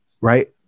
right